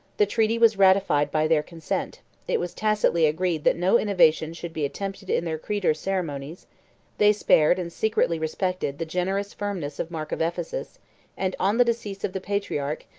the treaty was ratified by their consent it was tacitly agreed that no innovation should be attempted in their creed or ceremonies they spared, and secretly respected, the generous firmness of mark of ephesus and, on the decease of the patriarch,